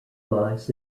lies